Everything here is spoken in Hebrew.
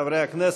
חברי הכנסת,